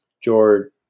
George